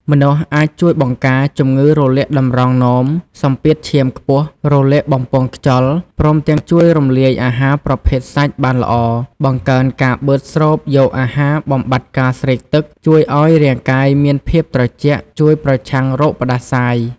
ម្នាស់ អាចជួយបង្ការ ជំងឺរលាកតម្រងនោម សម្ពាធឈាមខ្ពស់ រលាកបំពង់ខ្យល់ ព្រមទាំងជួយរំលាយអាហារប្រភេទសាច់បានល្អ បង្កើនការបឺតស្រូបយកអាហារបំបាត់ការស្រេកទឹក ជួយអោយរាងកាយមានភាពត្រជាក់ ជួយប្រឆាំងរោគផ្តាសាយ ។